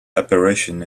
apparition